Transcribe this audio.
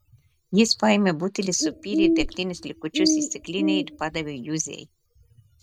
jis paėmė butelį supylė degtinės likučius į stiklinę ir padavė juzei